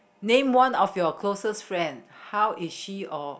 name one of your closest friend how is she or